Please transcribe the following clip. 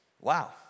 Wow